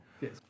Yes